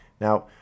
Now